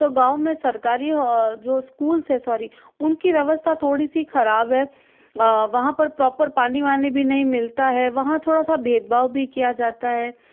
तो गाँव में सरकारी जो स्कूल्स है सॉरी उनकी व्यवस्था थोड़ी सी खराब है वहाँ पर प्रॉपर पानी वानी भी नहीं मिलता है वहाँ थोड़ा सा भेदभाव भी किया जाता है